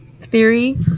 theory